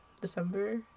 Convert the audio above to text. December